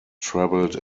traveled